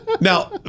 Now